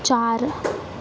चार